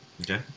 Okay